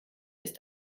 ist